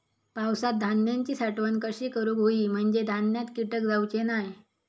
पावसात धान्यांची साठवण कशी करूक होई म्हंजे धान्यात कीटक जाउचे नाय?